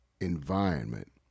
environment